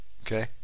Okay